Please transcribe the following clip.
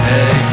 Hey